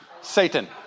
Satan